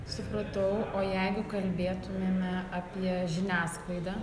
supratau o jeigu kalbėtumėme apie žiniasklaidą